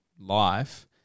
life